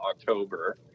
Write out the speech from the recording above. October